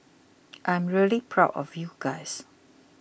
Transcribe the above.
I'm really proud of you guys